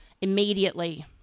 immediately